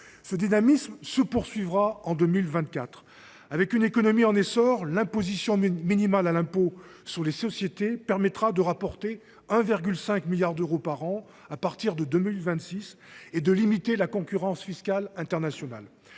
Ce dynamisme se poursuivra en 2024. Avec une économie en essor, l’imposition minimale à l’impôt sur les sociétés rapportera 1,5 milliard d’euros par an à partir de 2026 et permettra de limiter la concurrence fiscale internationale.